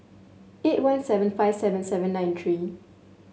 eight one seven five seven seven nine three